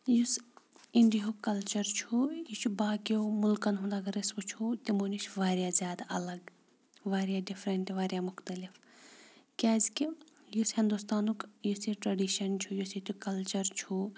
یُس اِنڈیِہُک کَلچَر چھُ یہِ چھُ باقیو مٕلکَن ہُنٛد اگر أسۍ وٕچھو تِمو نِش واریاہ زیادٕ الگ واریاہ ڈِفرَنٛٹ واریاہ مختلف کیٛازِکہِ یُس ہِندُستانُک یُس یہِ ٹرٛٮ۪ڈِشَن چھُ یُس یہِ ییٚتیُک کَلچَر چھُ